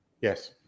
Yes